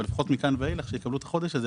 אבל לפחות מכאן ואילך שיקבלו את החודש הזה.